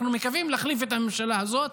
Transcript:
אנחנו מקווים להחליף את הממשלה הזאת,